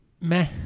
Meh